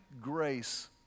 grace